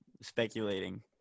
speculating